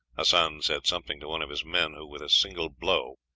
hassan said something to one of his men, who, with a single blow,